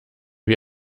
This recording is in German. wie